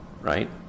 right